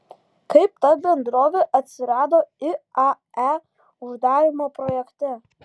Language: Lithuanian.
kaip ta bendrovė atsirado iae uždarymo projekte